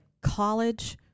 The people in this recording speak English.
college